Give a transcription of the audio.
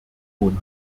hohen